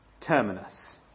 terminus